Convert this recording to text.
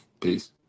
Peace